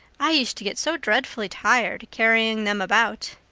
i used to get so dreadfully tired carrying them about.